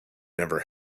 never